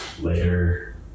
later